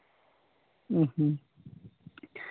ᱦᱮᱸ ᱦᱮᱸ